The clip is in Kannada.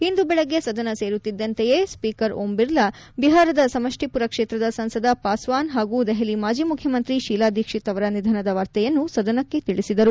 ಇಂದು ಬೆಳಗ್ಗೆ ಸದನ ಸೇರುತ್ತಿದ್ದಂತೆಯೇ ಸ್ವೀಕರ್ ಓಂ ಬಿರ್ಲಾ ಬಿಹಾರದ ಸಮಷ್ಟಿಪುರ ಕ್ಷೇತ್ರದ ಸಂಸದ ಪಾಸ್ನಾನ್ ಹಾಗೂ ದೆಹಲಿ ಮಾಜಿ ಮುಖ್ಚಮಂತ್ರಿ ಶೀಲಾ ದೀಕ್ಷಿತ್ ಅವರ ನಿಧನದ ವಾರ್ತೆಯನ್ನು ಸದಸಕ್ಕೆ ತಿಳಿಸಿದರು